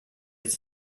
its